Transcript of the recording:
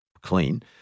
clean